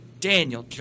Daniel